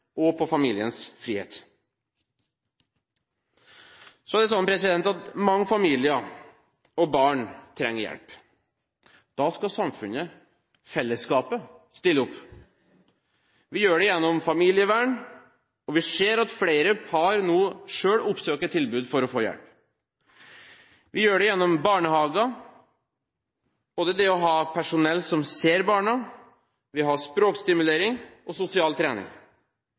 og på familiens frihet. Så er det slik at mange familier og barn trenger hjelp. Da skal samfunnet, fellesskapet, stille opp. Vi gjør det gjennom familievern, og vi ser nå at flere par selv oppsøker tilbud for å få hjelp. Vi gjør det gjennom barnehager – ved å ha personell som ser barna, og ved språkstimulering og sosial trening.